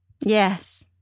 Yes